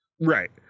Right